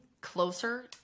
closer